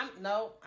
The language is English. No